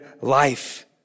life